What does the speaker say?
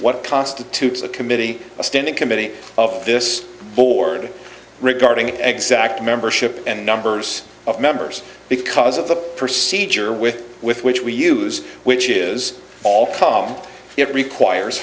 what constitutes a committee a standing committee of this board regarding exact membership and numbers of members because of the procedure with with which we use which is all come it requires